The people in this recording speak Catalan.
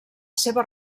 seva